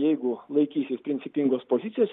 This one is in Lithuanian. jeigu laikysis principingos pozicijos